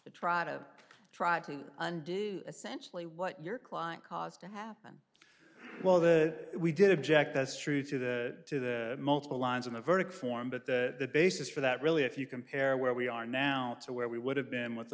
to try to try to undo essentially what your client caused to happen well the we did object that's true through the multiple lines of the verdict form but the basis for that really if you compare where we are now to where we would have been w